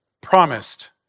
promised